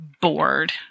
bored